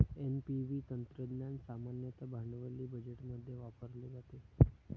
NPV तंत्रज्ञान सामान्यतः भांडवली बजेटमध्ये वापरले जाते